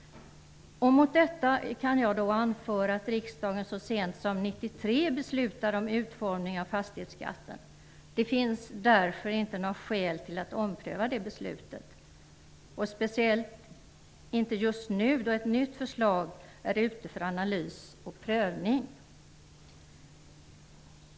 Mot detta kan jag anföra att riksdagen så sent som 1993 beslutade om utformningen av fastighetsskatten. Det finns därför inte något skäl att ompröva det beslutet, speciellt inte just nu, då ett nytt förslag är ute för analys och prövning.